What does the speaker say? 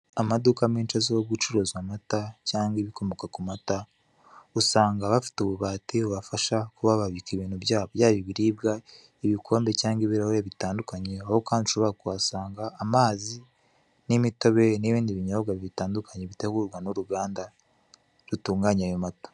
Amaduka menshi azwiho gucuruza amata cyangwa ibikomoka ku mata usanga bafite ububati bubafasha kuba babika ibintu byabo. Yaba ibiribwa, ibikombe cyangwa ibirahure bitandukanye aho kandi ushobora kuhasanga amazi n'imitobe n'ibindi binyobwa bitandukanye bitegurwa n'uruganda rutunganya ayo mata.